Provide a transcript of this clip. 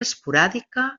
esporàdica